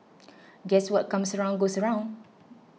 guess what comes around goes around